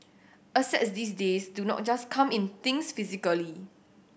assets these days do not just come in things physically